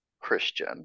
Christian